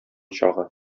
чагы